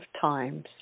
times